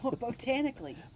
botanically